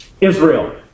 Israel